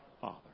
Father